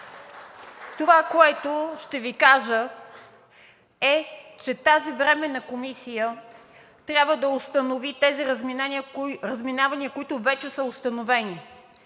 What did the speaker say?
Това, което ще Ви кажа, е, че тази временна комисия трябва да установи тези разминавания, които вече са установени.